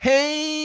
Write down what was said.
Hey